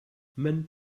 men